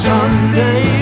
Sunday